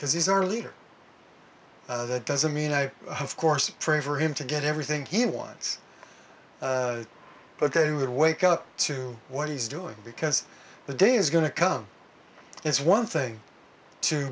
because he's our leader that doesn't mean i of course pray for him to get everything he wants but that he would wake up to what he's doing because the day is going to come it's one thing to